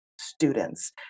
students